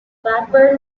blackburn